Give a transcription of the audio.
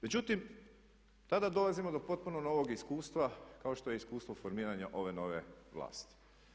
Međutim, tada dolazimo do potpuno novog iskustva kao što je iskustvo formiranje ove nove vlasti.